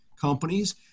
companies